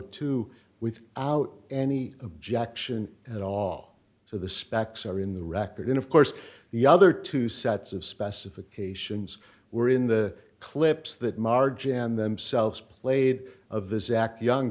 two with out any objection at all so the suspects are in the record in of course the other two sets of specifications were in the clips that marge and themselves played of the zach young